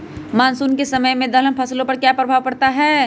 Monsoon के समय में दलहन फसलो पर क्या प्रभाव पड़ता हैँ?